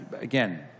Again